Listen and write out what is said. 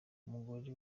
umugore